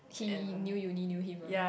he new uni new him ah